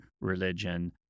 religion